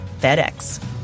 FedEx